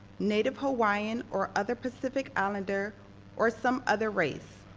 native hawaiian or other pacific islander or some other race?